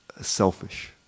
selfish